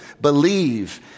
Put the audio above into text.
believe